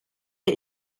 der